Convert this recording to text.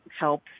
help